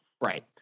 Right